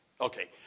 okay